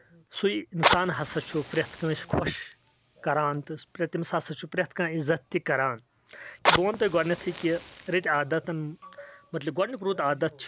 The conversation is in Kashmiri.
سُے انسان ہسا چھُ پرٮ۪تھ کٲنٛسہِ خۄش کران تہٕ تٔمِس ہسا چھُ پرٮ۪تھ کانٛہہ عزت تہِ کران کہِ بہٕ ونہٕ تۄہہِ گۄڈنیتھے کہِ رٕتۍ عادتن متعلِق گۄڈنیُک رُت عادت چھُ